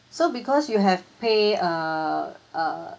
so because you have pay err uh